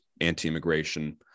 anti-immigration